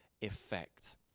effect